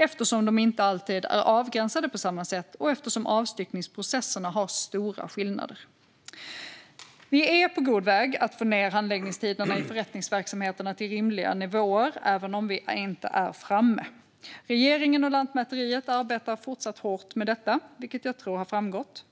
eftersom de inte alltid är avgränsade på samma sätt och eftersom avstyckningsprocesserna har stora skillnader. Vi är på god väg att få ned handläggningstiderna i förrättningsverksamheterna till rimliga nivåer, även om vi inte är framme. Regeringen och Lantmäteriet arbetar fortsatt hårt med detta, vilket jag tror har framgått.